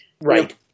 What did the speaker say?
right